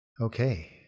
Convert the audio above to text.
okay